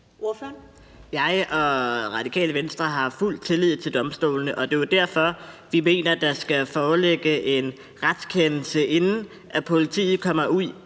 Jeg og Radikale Venstre har fuld tillid til domstolene, og det er jo derfor, vi mener, der skal foreligge en retskendelse, inden politiet kommer ud